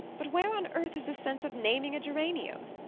but where on earth is the sense of naming a geranium?